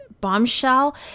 bombshell